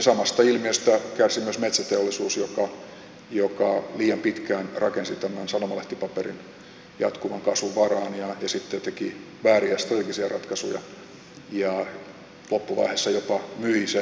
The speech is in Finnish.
samasta ilmiöstä kärsii myös metsäteollisuus joka liian pitkään rakensi tämän sanomalehtipaperin jatkuvan kasvun varaan ja sitten teki vääriä strategisia ratkaisuja ja loppuvaiheessa jopa myi sen sellutuotannon